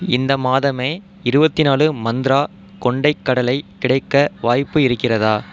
இந்த மாதமே இருபத்தி நாலு மந்த்ரா கொண்டைக் கடலை கிடைக்க வாய்ப்பு இருக்கிறதா